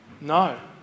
No